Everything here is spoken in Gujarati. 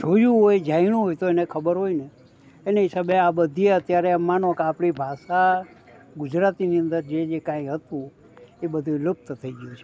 જોયું હોય જાણ્યું હોય તો એને ખબર હોયને એને હિસાબે આ બધી અત્યારે એમ માનો કે આપણી ભાષા ગુજરાતનીની અંદર જે જે કાંઇ હતું એ બધું જ લુપ્ત થઈ ગયું છે